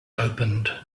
opened